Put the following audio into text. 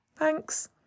Thanks